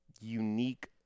unique